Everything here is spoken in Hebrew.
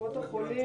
צהריים